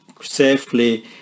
safely